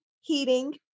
heating